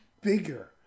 bigger